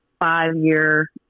five-year